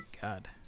god